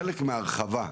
חלק מההרחבה,